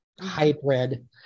hybrid